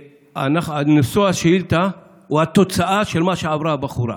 נשוא השאילתה הוא התוצאה של מה שעברה הבחורה.